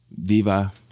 Viva